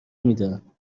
میدن